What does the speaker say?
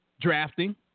drafting